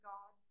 God